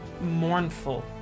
mournful